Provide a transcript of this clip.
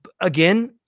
again